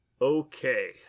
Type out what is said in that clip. okay